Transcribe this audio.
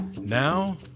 Now